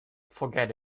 forget